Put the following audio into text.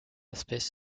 aspects